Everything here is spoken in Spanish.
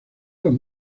los